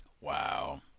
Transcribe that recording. Wow